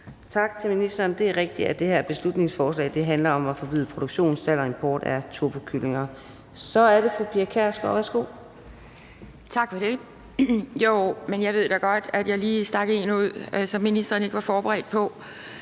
Tak til ministeren. Det er rigtigt, at det her beslutningsforslag handler om at forbyde produktion, salg og import af turbokyllinger. Så er det fru Pia Kjærsgaard. Værsgo. Kl. 14:38 Pia Kjærsgaard (DF): Tak for det. Jeg ved da godt, at jeg lige stak en bemærkning ud, som ministeren ikke var forberedt på.